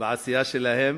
בעשייה שלהם,